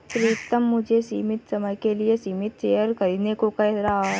प्रितम मुझे सीमित समय के लिए सीमित शेयर खरीदने को कह रहा हैं